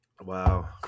wow